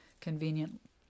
convenient